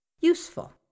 useful